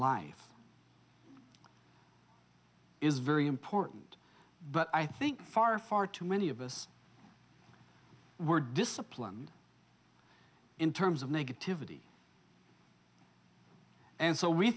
life is very important but i think far far too many of us were disciplined in terms of negativity and so we